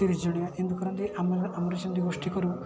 ତିରିଶ ଜଣିଆ ଏମିତି କରନ୍ତି ଆମର ଆମର ସେମିତି ଗୋଷ୍ଠୀ କରନ୍ତି